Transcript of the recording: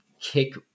kick